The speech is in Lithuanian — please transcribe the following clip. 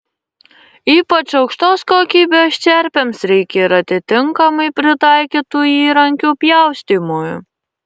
ypač aukštos kokybės čerpėms reikia ir atitinkamai pritaikytų įrankių pjaustymui